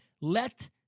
let